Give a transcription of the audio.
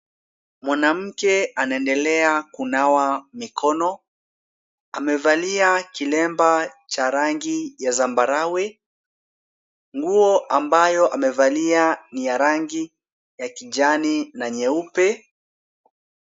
Mwanamke anaendelea kunawa mikono. Amevalia kilemba cha rangi ya zambarau. Nguo ambayo amevalia ni ya rangi ya kijani na nyeupe.